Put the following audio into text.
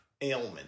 ailment